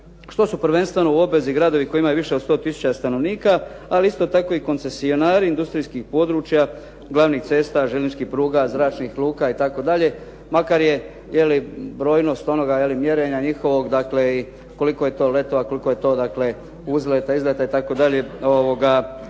što su prvenstveno u obvezi gradovi koji imaju više od 100 tisuća stanovnika ali isto tako i koncesionari industrijskih područja, glavnih cesta, željezničkih pruga, zračnih luka itd. makar je brojnost onoga mjerenja njihovog koliko je to letova, koliko je to uzleta, izleta itd.